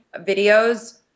videos